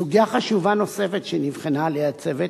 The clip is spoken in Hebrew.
סוגיה חשובה נוספת שנבחנה על-ידי הצוות